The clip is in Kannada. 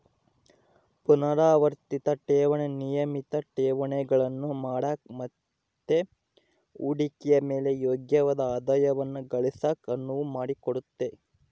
ಪುನರಾವರ್ತಿತ ಠೇವಣಿ ನಿಯಮಿತ ಠೇವಣಿಗಳನ್ನು ಮಾಡಕ ಮತ್ತೆ ಹೂಡಿಕೆಯ ಮೇಲೆ ಯೋಗ್ಯವಾದ ಆದಾಯವನ್ನ ಗಳಿಸಕ ಅನುವು ಮಾಡಿಕೊಡುತ್ತೆ